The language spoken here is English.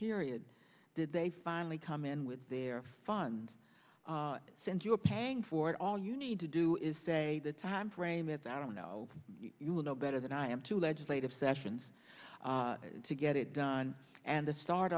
period did they finally come in with their funds since you're paying for it all you need to do is say the time frame it that i don't know you will know better than i am to legislative sessions to get it done and the start